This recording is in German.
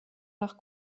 nach